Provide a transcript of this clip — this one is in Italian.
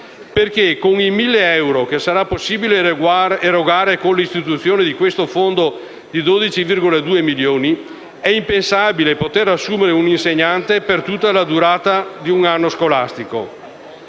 Con i 1.000 euro che sarà possibile erogare con l'istituzione del fondo di 12,2 milioni è impensabile, infatti, poter assumere un insegnante per tutta la durata di un anno scolastico.